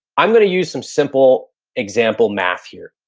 i'm gonna use some simple example math here.